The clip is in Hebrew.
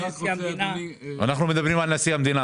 ירים את ידו?